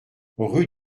rue